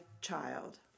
child